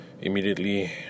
immediately